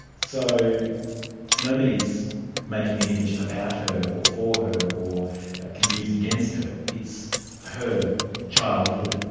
so nobody is making an image about her or for her or can be used against her, it's her childhood,